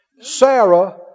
Sarah